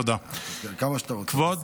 כמה שאתה רוצה.